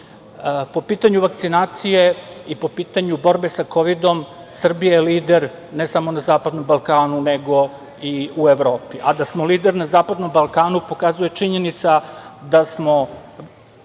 pitanju vakcinacije i po pitanju borbe sa kovidom, Srbija je lider, ne samo na zapadnom Balkanu, nego i Evropi, a da smo lider na zapadnom Balkanu pokazuje činjenica da smo